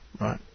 right